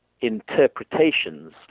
interpretations